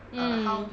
mm